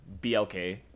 BLK